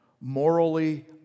morally